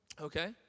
okay